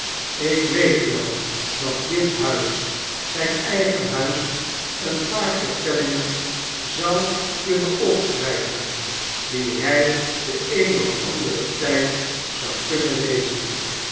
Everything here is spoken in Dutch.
ik weet wel dat dit huis zijn eigen huis een paar vertellingen zou kunnen opschryven die hy den een of anderen tyd zou kunnen lezen